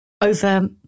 over